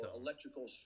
electrical